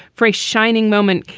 for a shining moment,